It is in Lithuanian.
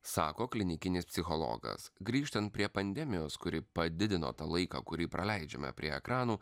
sako klinikinis psichologas grįžtant prie pandemijos kuri padidino tą laiką kurį praleidžiame prie ekranų